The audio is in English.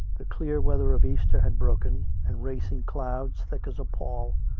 the clear weather of easter had broken, and racing clouds, thick as a pall,